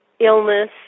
illness